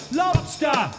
lobster